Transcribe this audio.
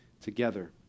together